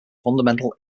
fundamental